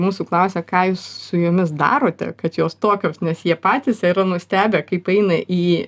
mūsų klausia ką jūs su jomis darote kad jos tokios nes jie patys nustebę kaip eina į